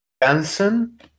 Benson